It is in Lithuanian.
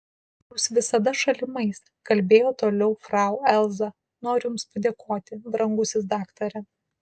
jūs visada šalimais kalbėjo toliau frau elza noriu jums padėkoti brangusis daktare